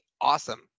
awesome